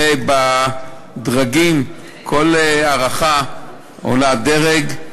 ובדרגים, כל הארכה עולה דרג.